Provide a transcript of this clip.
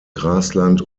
grasland